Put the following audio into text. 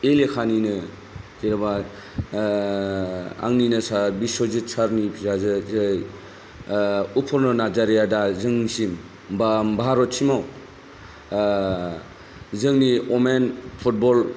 एलेखानिनो जेनोबा आंनिनो सार बिस्वाजित सार नि फिसाजो अपरना नारजारिया जोंनि सिम बा भारतसिमाव जोंनि अमेन फुटबल